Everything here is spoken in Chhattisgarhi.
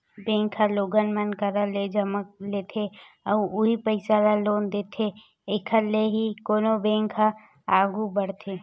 बेंक ह लोगन मन करा ले जमा लेथे अउ उहीं पइसा ल लोन देथे एखर ले ही कोनो बेंक ह आघू बड़थे